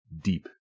deep